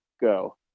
go